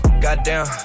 Goddamn